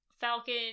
Falcon